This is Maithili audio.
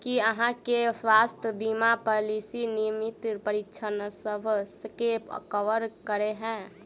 की अहाँ केँ स्वास्थ्य बीमा पॉलिसी नियमित परीक्षणसभ केँ कवर करे है?